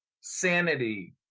Sanity